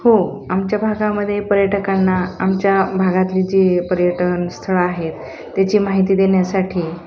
हो आमच्या भागामध्ये पर्यटकांना आमच्या भागातली जे पर्यटन स्थळं आहेत त्याची माहिती देण्या्साठी